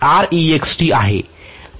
तिथे